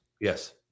Yes